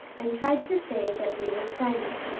and tried to say that we were friends.